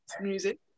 music